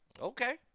Okay